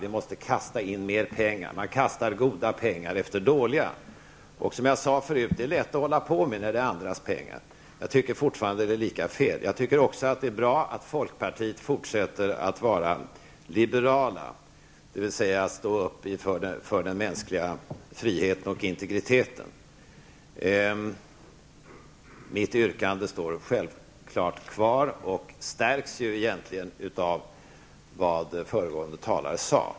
Vi måste kasta in mer pengar. Man kastar goda pengar efter dåliga. Som jag sade förut är det lätt att hålla på med detta när det är andras pengar. Jag tycker fortfarande att det är lika fel. Jag tycker också att det är bra att folkpartiet fortsätter att vara liberala, dvs. står upp för den mänskliga friheten och integriteten. Mitt yrkande står självfallet kvar och stärks egentligen av det som föregående talare sade.